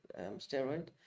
steroid